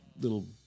little